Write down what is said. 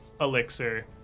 elixir